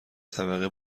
طبقه